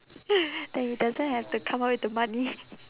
that he doesn't have to come up with the money